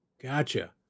gotcha